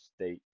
State